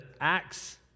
Acts